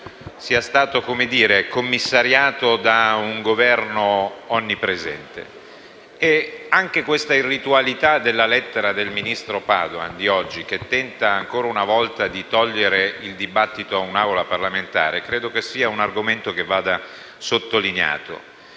sia stato commissariato da un Governo onnipresente. Anche l'irritualità della lettera del ministro Padoan di oggi, che tenta, ancora una volta, di sottrarre il dibattito a un'Aula parlamentare, credo sia un argomento da sottolineare.